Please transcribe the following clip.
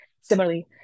Similarly